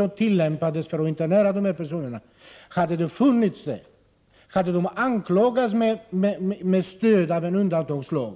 Om dessa personer hade anklagats med stöd av en undantagslag,